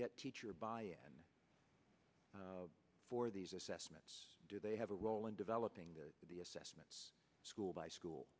get teacher by and for these assessments do they have a role in developing the assessments school by school